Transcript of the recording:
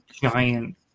giant